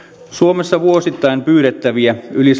suomessa vuosittain pyydettävien yli